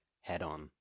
head-on